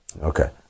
Okay